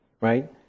right